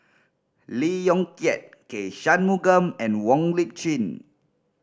Lee Yong Kiat K Shanmugam and Wong Lip Chin